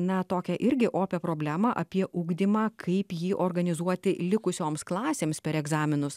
na tokią irgi opią problemą apie ugdymą kaip jį organizuoti likusioms klasėms per egzaminus